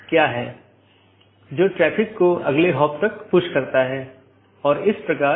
वोह AS जो कि पारगमन ट्रैफिक के प्रकारों पर नीति प्रतिबंध लगाता है पारगमन ट्रैफिक को जाने देता है